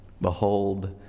Behold